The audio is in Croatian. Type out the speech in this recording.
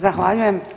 Zahvaljujem.